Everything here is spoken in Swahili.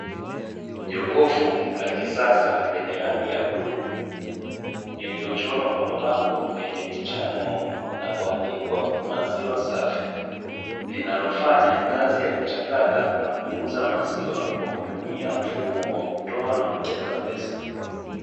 Jokofu la kisasa lenye rangi ya bluu, lililochorwa kwa mabango yenye picha ya ng'ombe na kuandikwa maziwa safi, linalofanya kazi ya kuchakata na kuuza maziwa kwa kutumia mfumo wa kutoa na kuweka pesa.